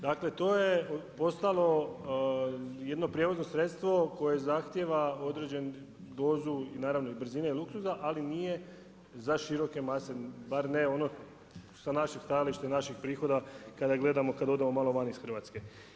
Dakle to je postalo jedno prijevozno sredstvo koje zahtjeva određenu dozu, naravno i brzine i luksuza ali nije za široke mase, bar ne ono sa naših stajališta i naših prihoda kada gledamo, kada odemo malo van iz Hrvatske.